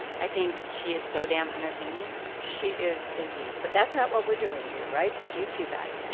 i think she is so damn entertaining she is, indeed. but that's not what we're doing here, right? which is too bad